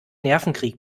nervenkrieg